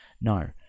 No